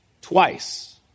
twice